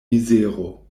mizero